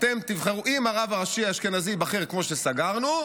אם הרב הראשי האשכנזי ייבחר כמו שסגרנו,